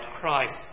Christ